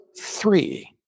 three